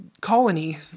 colony